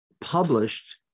published